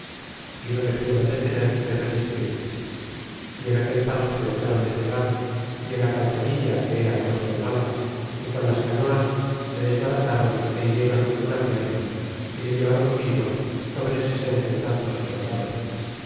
y no les pudo detener ni resistir y en aquel paso que dexáron de cegar y en la calzadilla que era angosta y mala y con las canoas le desbarataron é hiriéron en una pierna y le llevaron vivos sobre sesenta y tantos soldados